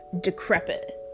decrepit